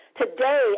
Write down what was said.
Today